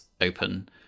open